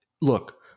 Look